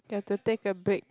you have to take a break